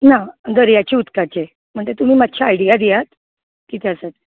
ना दर्याचे उदकाचे म्हणटा तुमी मातशें आयडिया दियात कितें आसा ते